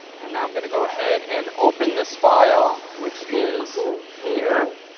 and now i'm going to go ahead and open this file, which is here.